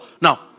Now